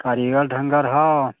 कारीगर ढङ्गर हइ